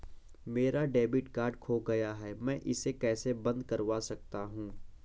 मेरा debit card खो गया है मैं इसे कैसे बंद करवा सकता हूँ?